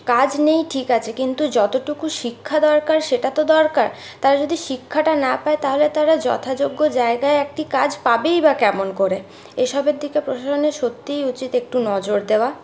কাজ নেই ঠিক আছে কিন্তু যতটুকু শিক্ষা দরকার সেটা তো দরকার তাই যদি শিক্ষাটা না পায় তাহলে তারা যথাযোগ্য জায়গায় একটি কাজ পাবেই বা কেমন করে এসবের দিকে প্রশাসনের সত্যিই উচিৎ একটু নজর দেওয়া